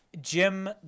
Jim